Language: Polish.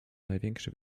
największy